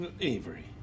Avery